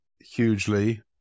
hugely